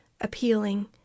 appealing